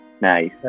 Nice